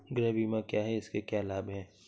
गृह बीमा क्या है इसके क्या लाभ हैं?